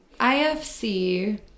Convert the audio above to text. IFC